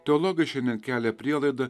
teologai šiandien kelia prielaidą